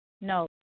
no